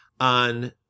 on